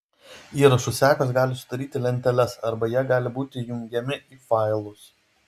įrašų sekos gali sudaryti lenteles arba jie gali būti jungiami į failus